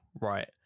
right